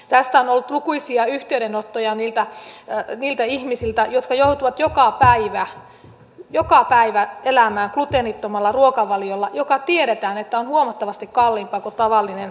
tästä on tullut lukuisia yhteydenottoja niiltä ihmisiltä jotka joutuvat joka päivä joka päivä elämään gluteenittomalla ruokavaliolla jonka tiedetään olevan huomattavasti kalliimpi kuin tavallinen ruokavalio